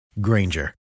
Granger